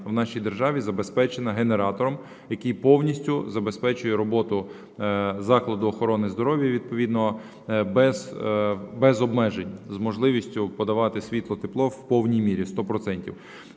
у нашій державі забезпечена генератором, який повністю забезпечує роботу закладу охорони здоров'я відповідно без обмежень, з можливістю подавати світло, тепло в повній мірі, сто